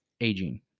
aging